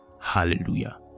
hallelujah